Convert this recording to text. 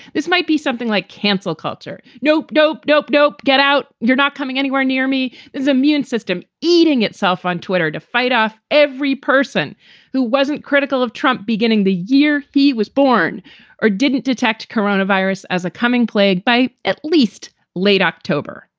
this might be something like cancel culture. nope. nope. nope. nope. nope. get out. you're not coming anywhere near me. is immune system eating itself on twitter to fight off every person who wasn't critical of trump beginning the year he was born or didn't detect coronavirus as a coming plague by at least late october.